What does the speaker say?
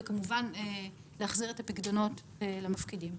וכמובן, ולהחזיר את הפיקדונות למפקידים.